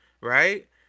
right